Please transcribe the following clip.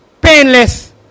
painless